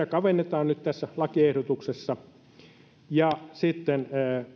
kavennetaan nyt tässä lakiehdotuksessa sitten